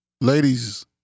Ladies